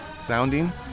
sounding